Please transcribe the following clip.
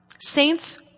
Saints